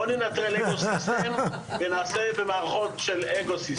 בוא ננטרל אגו סיסטם ונעשה במערכות של אקוסיסטם.